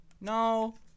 No